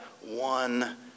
one